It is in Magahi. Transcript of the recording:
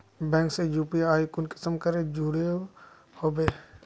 बैंक से यु.पी.आई कुंसम करे जुड़ो होबे बो?